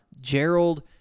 Gerald